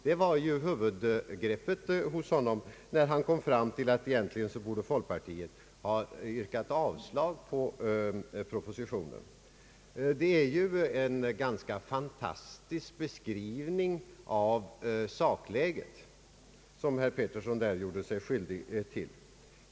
Det var huvudgreppet hos honom när han kom fram till att folkpartiet egentligen borde ha yrkat avslag på propositionen. Det är ju en ganska fantastisk beskrivning av sakläget som herr Bertil Petersson därmed gör sig skyldig till.